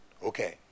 Okay